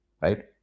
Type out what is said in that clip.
Right